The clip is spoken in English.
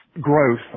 growth